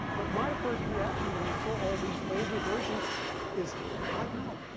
but my first reaction when i saw all these older versions is my god,